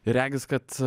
regis kad